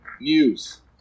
news